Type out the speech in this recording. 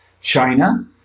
china